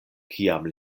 kiam